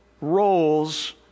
roles